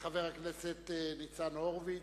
חבר הכנסת ניצן הורוביץ,